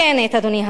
אדוני השר,